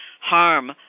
harm